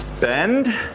Bend